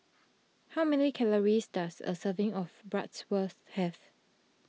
how many calories does a serving of Bratwurst have